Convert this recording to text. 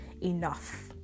enough